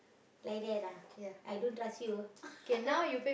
like that ah I don't trust you